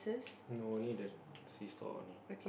no only the seesaw only